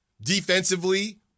defensively